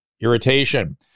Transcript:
irritation